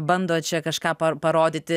bando čia kažką parodyti